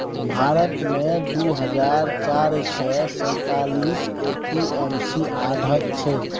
भारत मे दु हजार चारि सय सैंतालीस ए.पी.एम.सी आढ़त छै